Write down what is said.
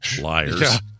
Liars